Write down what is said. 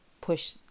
Push